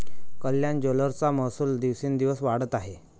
कल्याण ज्वेलर्सचा महसूल दिवसोंदिवस वाढत आहे